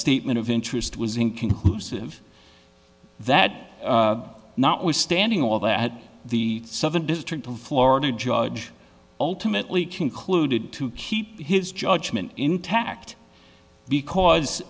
statement of interest was inconclusive that notwithstanding all that the southern district of florida judge ultimately concluded to keep his judgment intact because